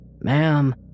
Ma'am